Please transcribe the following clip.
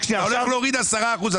אתה הולך להוריד 10 אחוזים.